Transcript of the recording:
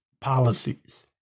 policies